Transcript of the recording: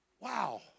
Wow